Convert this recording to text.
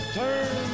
turn